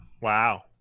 Wow